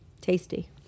tasty